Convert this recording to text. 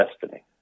Destiny